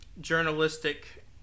journalistic